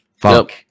Fuck